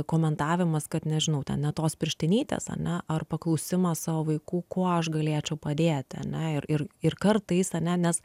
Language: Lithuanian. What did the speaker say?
komentavimas kad nežinau ten ne tos pirštinytės ane ar paklausimas savo vaikų kuo aš galėčiau padėti ane ir ir ir kartais ane nes